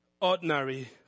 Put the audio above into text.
ordinary